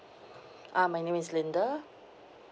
ah my name is linda